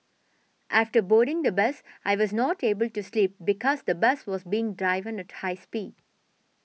after boarding the bus I was not able to sleep because the bus was being driven at high speed